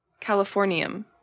Californium